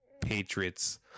Patriots